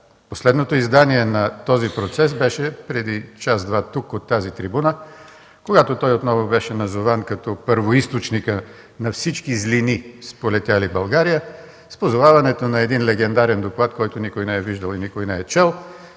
Последното издание на този процес беше преди час-два тук, от тази трибуна, когато той отново беше назован като първоизточника на всички злини, сполетели България, с позоваването на един легендарен доклад, който никой не е виждал и не е чел,